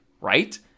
right